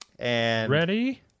Ready